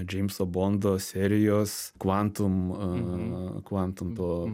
džeimso bondo serijos quantum quantum to